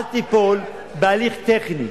אל תיפול בהליך טכני.